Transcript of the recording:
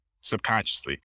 subconsciously